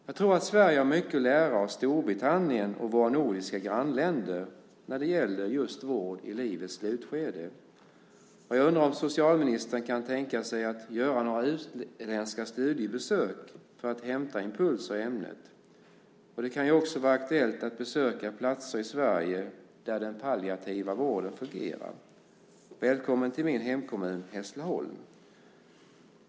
Jag tror att Sverige har mycket att lära av Storbritannien och våra nordiska grannländer när det gäller vård i livets slutskede. Jag undrar om socialministern kan tänka sig att göra några utländska studiebesök för att hämta impulser i ämnet. Det kan ju också vara aktuellt att besöka platser i Sverige där den palliativa vården fungerar. Välkommen till min hemkommun Hässleholm.